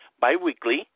bi-weekly